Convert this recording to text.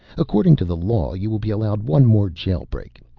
according to the law, you will be allowed one more jail-break.